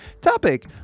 topic